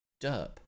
derp